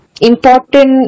important